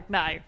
no